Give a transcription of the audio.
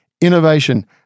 Innovation